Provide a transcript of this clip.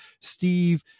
Steve